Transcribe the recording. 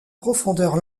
profondeur